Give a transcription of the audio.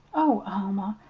oh, alma,